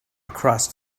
across